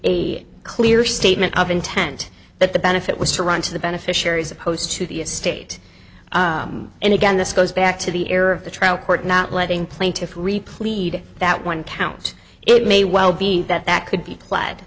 a clear statement of intent that the benefit was to run to the beneficiaries opposed to the estate and again this goes back to the error of the trial court not letting plaintiffs replete that one count it may well be that that could be